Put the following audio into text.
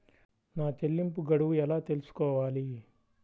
నా చెల్లింపు గడువు ఎలా తెలుసుకోవాలి?